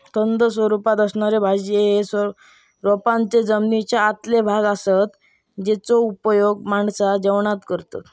कंद स्वरूपात असणारे भाज्ये हे रोपांचे जमनीच्या आतले भाग असतत जेचो उपयोग माणसा जेवणात करतत